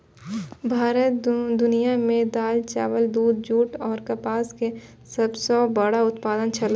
भारत दुनिया में दाल, चावल, दूध, जूट और कपास के सब सॉ बड़ा उत्पादक छला